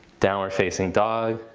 downward facing dog.